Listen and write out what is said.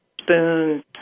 spoons